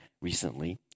recently